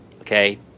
okay